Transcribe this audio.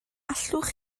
allwch